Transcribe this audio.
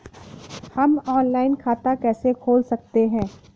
हम ऑनलाइन खाता कैसे खोल सकते हैं?